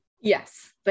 Yes